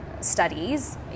studies